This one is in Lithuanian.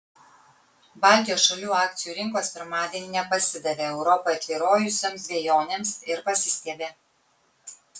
baltijos šalių akcijų rinkos pirmadienį nepasidavė europoje tvyrojusioms dvejonėms ir pasistiebė